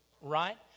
right